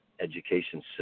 education